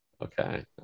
Okay